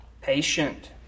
patient